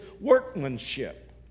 workmanship